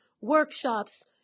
workshops